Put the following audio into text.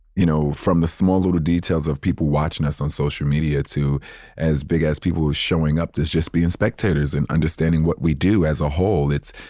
you know, from the small little details of people watching us on social media to as big as people who are showing up as just being spectators and understanding what we do as a whole, it's,